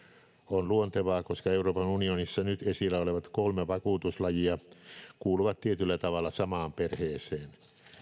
on luontevaa koska euroopan unionissa nyt esillä olevat kolme vakuutuslajia kuuluvat tietyllä tavalla samaan perheeseen